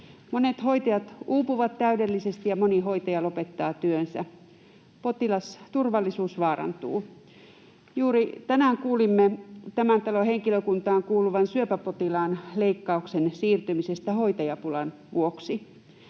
Monet hoitajat uupuvat täydellisesti, ja moni hoitaja lopettaa työnsä. Potilasturvallisuus vaarantuu. Juuri tänään kuulimme tämän talon henkilökuntaan kuuluvan syöpäpotilaan leikkauksen siirtymisestä hoitajapulan vuoksi.